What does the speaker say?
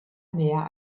mehr